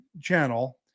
channel